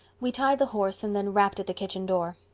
we tied the horse and then rapped at the kitchen door.